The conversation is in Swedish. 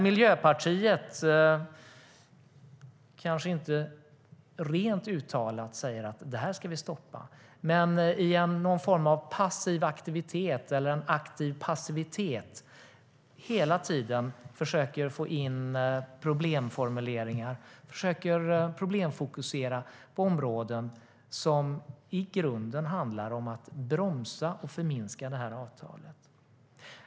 Miljöpartiet säger kanske inte rent ut att avtalet ska stoppas, men i någon form av passiv aktivitet eller aktiv passivitet försöker man hela tiden få in problemformuleringar och försöker problemfokusera på områden som i grunden handlar om att bromsa och förminska avtalet.